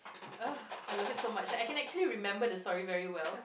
uh I love it so much like I can actually remember the story very well